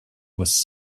was